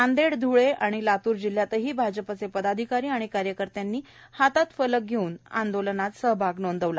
नांदेड ध्ळे आणि लातूर जिल्ह्यातही भाजपाचे पदाधिकारी आणि कार्यकर्त्यांनी हातात फलक घेउन आंदोलनात सहभाग नोंदवला